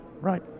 right